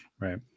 Right